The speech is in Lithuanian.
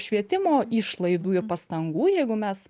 švietimo išlaidų ir pastangų jeigu mes